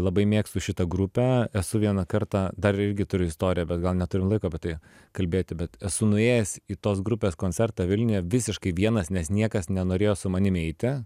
labai mėgstu šitą grupę esu vieną kartą dar irgi turiu istoriją bet gal neturim laiko tai kalbėti bet esu nuėjęs į tos grupės koncertą vilniuje visiškai vienas nes niekas nenorėjo su manim eiti